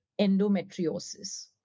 endometriosis